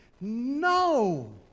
no